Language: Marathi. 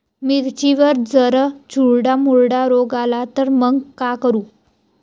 मिर्चीवर जर चुर्डा मुर्डा रोग आला त मंग का करू?